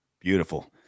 Beautiful